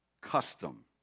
custom